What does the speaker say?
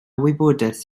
wybodaeth